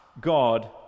God